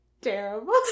terrible